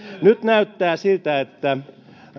nyt näyttää siltä että